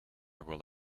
will